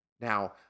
Now